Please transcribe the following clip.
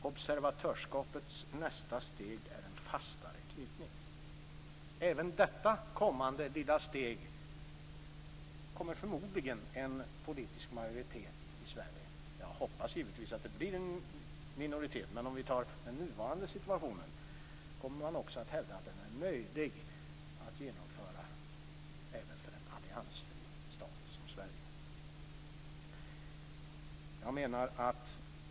Observatörskapets nästa steg är en fastare knytning. Även detta kommande lilla steg kommer förmodligen en politisk majoritet i Sverige - jag hoppas givetvis att det blir en minoritet, men om vi räknar med den nuvarande situationen - att hävda är möjlig att genomföra även för en alliansfri stat som Sverige.